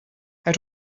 how